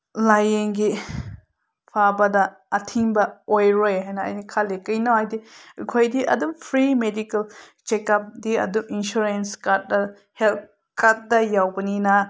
ꯂꯥꯏꯌꯦꯡꯒꯤ ꯐꯥꯕꯗ ꯑꯊꯤꯡꯕ ꯑꯣꯏꯔꯣꯏ ꯍꯥꯏꯅ ꯑꯩꯅ ꯈꯜꯂꯤ ꯀꯩꯒꯤꯅꯣ ꯍꯥꯏꯗꯤ ꯑꯩꯈꯣꯏꯗꯤ ꯑꯗꯨꯝ ꯐ꯭ꯔꯤ ꯃꯦꯗꯤꯀꯦꯜ ꯆꯦꯛꯀꯞꯇꯤ ꯑꯗꯨꯝ ꯏꯟꯁꯨꯔꯦꯟꯁ ꯀꯥꯔꯠ ꯍꯦꯜꯠ ꯀꯥꯔꯠꯇ ꯌꯥꯎꯕꯅꯤꯅ